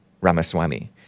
Ramaswamy